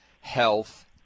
health